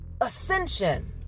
ascension